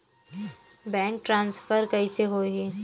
Bank transfer कइसे होही?